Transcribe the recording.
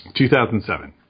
2007